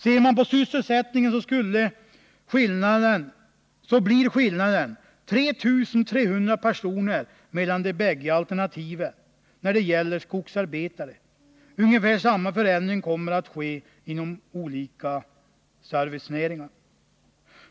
Ser man på sysselsättningen visar det sig att skillnaden när det gäller skogsarbetare blir 3 300 personer mellan de bägge alternativen — ungefär samma förändring som kommer att ske inom olika servicenäringar.